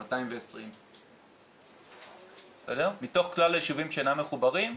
220. מתוך כלל היישובים שאינם מחוברים,